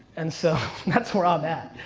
and so that's where i'm at.